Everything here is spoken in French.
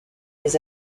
les